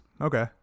Okay